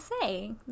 say